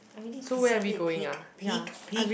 I already decided you pig pig pig